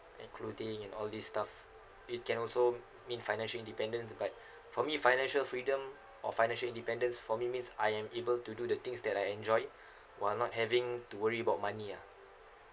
clothing and all this stuff it can also mean financial independence but for me financial freedom or financial independence for me means I am able to do the things that I enjoyed while not having to worry about money ah